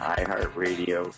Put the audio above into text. iHeartRadio